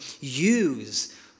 use